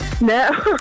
No